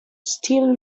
still